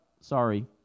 sorry